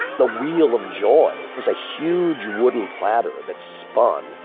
the wheel of joy was a huge wooden platter that spun.